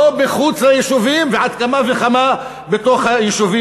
לא מחוץ ליישובים ועל אחת כמה וכמה ביישובים.